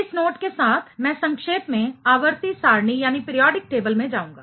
इस नोट के साथ मैं संक्षेप में आवर्ती सारणी पीरियाडिक टेबल में जाऊँगा